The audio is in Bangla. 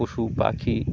পশু পাখি